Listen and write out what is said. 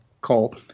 call